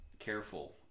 careful